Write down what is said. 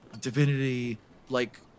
Divinity-like